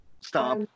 stop